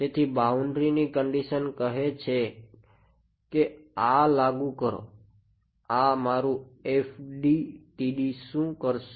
તેથી બાઉન્ડ્રી ની કંડીશન કહે છે કે આ લાગુ કરોઆ મારું FDTD શું કરશે